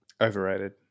Overrated